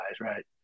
right